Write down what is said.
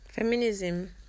Feminism